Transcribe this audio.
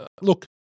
look